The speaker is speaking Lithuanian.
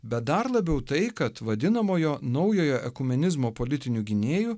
bet dar labiau tai kad vadinamojo naujojo ekumenizmo politiniu gynėju